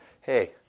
Hey